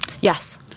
Yes